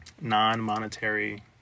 non-monetary